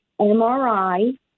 MRI